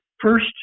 first